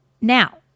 Now